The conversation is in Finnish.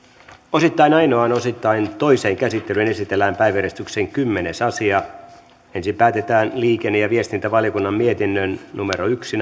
osittain ainoaan osittain toiseen käsittelyyn esitellään päiväjärjestyksen kymmenes asia ensin päätetään liikenne ja viestintävaliokunnan mietinnön yksi